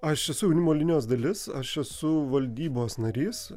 aš esu jaunimo linijos dalis aš esu valdybos narys